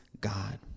God